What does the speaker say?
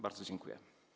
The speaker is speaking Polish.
Bardzo dziękuję.